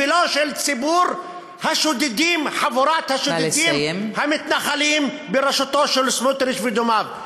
ולא של ציבור חבורת השודדים המתנחלים בראשות סמוטריץ ודומיו.